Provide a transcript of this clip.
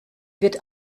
wird